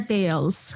Tales